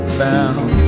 bound